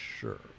sure